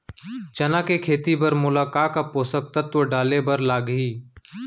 चना के खेती बर मोला का का पोसक तत्व डाले बर लागही?